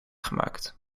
gemaakt